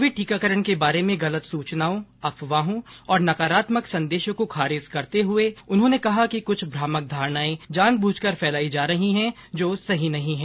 Covid टीकाकरण के बारे में गलत सूचनाओं अफवाहों और नकारात्मक संदेशों को खारिज करते हुए उन्होंने कहा कि कुछ भ्रामक धारणाएं जानबूझकर फैलाई जा रही हैं जो सही नहीं हैं